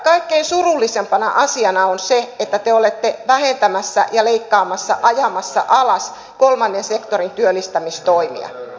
kaikkein surullisimpana asiana on se että te olette vähentämässä ja leikkaamassa ajamassa alas kolmannen sektorin työllistämistoimia